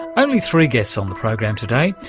only three guests on the program today,